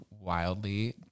wildly